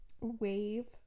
wave